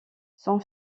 son